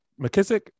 McKissick